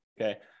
okay